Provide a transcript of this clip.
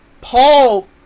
Paul